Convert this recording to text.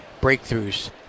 breakthroughs